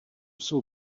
jsou